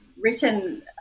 written